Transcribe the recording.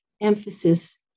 emphasis